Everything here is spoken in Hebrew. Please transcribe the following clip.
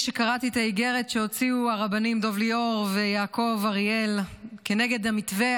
כשקראתי את האיגרת שהוציאו הרבנים דב ליאור ויעקב אריאל כנגד המתווה,